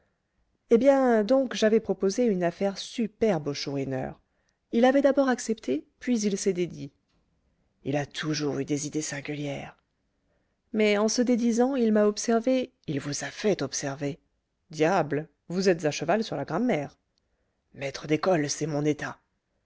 eh bien donc j'avais proposé une affaire superbe au chourineur il avait d'abord accepté puis il s'est dédit il a toujours eu des idées singulières mais en se dédisant il m'a observé il vous a fait observer diable vous êtes à cheval sur la grammaire maître d'école c'est mon état